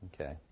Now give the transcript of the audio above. Okay